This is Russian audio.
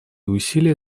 усилия